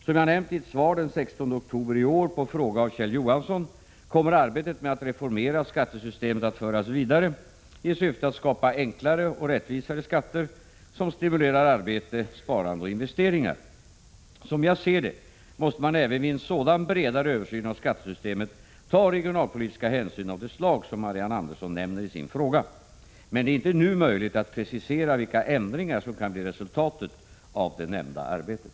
Som jag nämnt i ett svar den 16 oktober i år på fråga av Kjell Johansson kommer arbetet med att reformera skattesystemet att föras vidare i syfte att skapa enklare och rättvisare skatter, som stimulerar arbete, sparande och investeringar. Som jag ser det måste man även vid en sådan bredare översyn av skattesystemet ta regionalpolitiska hänsyn av det slag som Marianne Andersson nämner i sin fråga. Men det är inte nu möjligt att precisera vilka ändringar som kan bli resultatet av det nämnda arbetet.